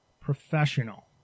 professional